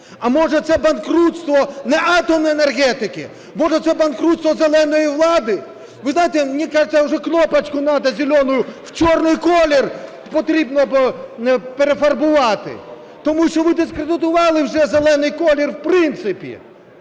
А може це банкрутство не атомної енергетики? Може це банкрутство "зеленої" влади? Ви знаєте мені кажется уже кнопочку зеленую в черный колір потрібно перефарбувати, тому що ви дискредитували вже зелений колір в принципі.